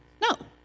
No